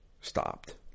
stopped